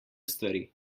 stvari